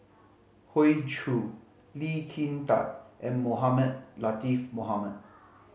Hoey Choo Lee Kin Tat and Mohamed Latiff Mohamed